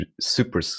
super